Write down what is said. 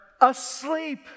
asleep